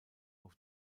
auf